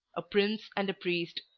a prince and a priest,